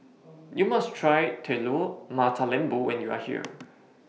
YOU must Try Telur Mata Lembu when YOU Are here